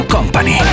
Company